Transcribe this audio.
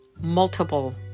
multiple